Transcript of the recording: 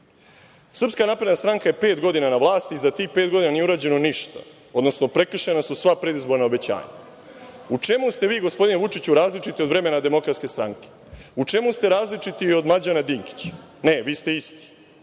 vas podsetim, SNS je pet godina na vlasti i za tih pet godina nije urađeno ništa, odnosno prekršena su sva predizborna obećanja.U čemu ste vi, gospodine Vučiću različiti od vremena DS? U čemu ste različiti i od Mlađana Dinkića? Ne, vi ste isti.